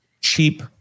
cheap